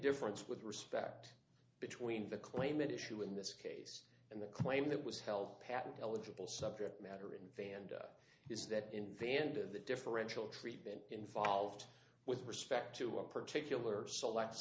difference with respect between the claimant issue in this case and the claim that was held patent eligible subject matter in vanda is that in the end of the differential treatment involved with respect to a particular select